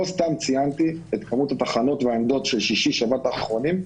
לא סתם ציינתי את כמות התחנות והעמדות של שישי-שבת האחרונים,